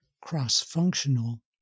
cross-functional